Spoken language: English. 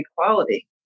equality